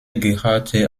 gehörte